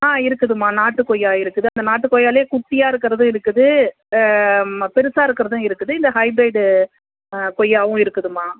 ஆ இருக்குதும்மா நாட்டு கொய்யா இருக்குது அந்த நாட்டு கொய்யாலே குட்டியா இருக்கறதும் இருக்குது பெருசாக இருக்கிறதும் இருக்குது இந்த ஹைப்ரைடு கொய்யாவும் இருக்குதும்மா